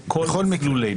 ואם הכונס הרשמי מושך את הזמן,